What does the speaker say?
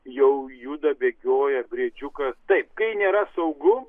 jau juda bėgioja briedžiukas taip kai nėra saugu